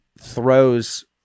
throws